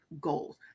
goals